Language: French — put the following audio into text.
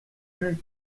plus